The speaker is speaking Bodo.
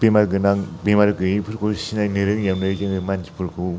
बेमार गोनां बेमार गैयैफोरखौ सिनायनो रोङैयावनो जोङो मानसिफोरखौ